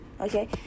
okay